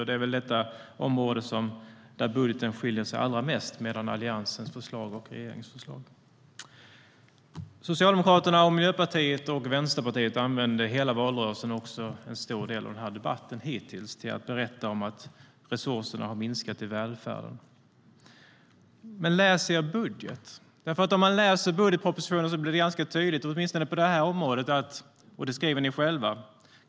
Det är väl på detta område som budgeten skiljer sig allra mest mellan Alliansens förslag och regeringens förslag. Men läs er budget! Om man läser i budgetpropositionen blir det ganska tydligt, åtminstone på det här området. Ni skriver det själva.